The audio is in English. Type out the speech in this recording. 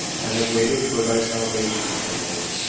i have waited for thy salvation, o lord.